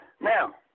Now